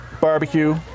Barbecue